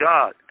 God